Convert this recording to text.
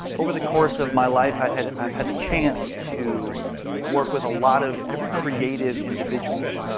over the course of my life i've had i've had the chance to work with a lot of creative individuals,